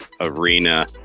arena